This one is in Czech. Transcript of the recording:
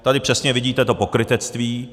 Tady přesně vidíte to pokrytectví.